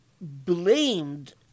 blamed